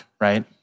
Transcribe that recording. right